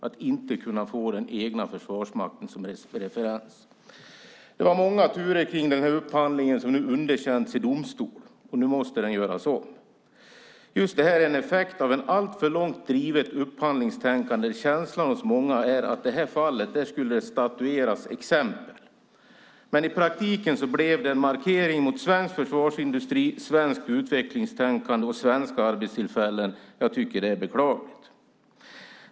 Att inte kunna få den egna försvarsmakten som referens är förödande. Det var många turer kring denna upphandling, som nu underkänts i domstol och måste göras om. Just detta är en effekt av ett alltför långt drivet upphandlingstänkande. Känslan hos många är att det i detta fall skulle statueras exempel. I praktiken blev det dock en markering mot svensk försvarsindustri, svenskt utvecklingstänkande och svenska arbetstillfällen. Jag tycker att det är beklagligt.